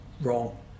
wrong